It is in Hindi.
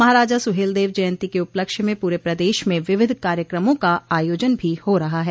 महाराजा सुहेलदेव जयन्ती के उपलक्ष्य में पूरे प्रदेश में विविध कार्यक्रमों का आयोजन भी हो रहा है